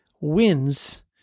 wins